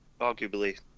arguably